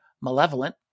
malevolent